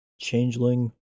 changeling